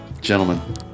gentlemen